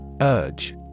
Urge